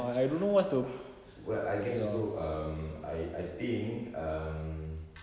well I guess also um I I think um